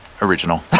original